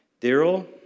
Daryl